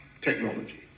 technology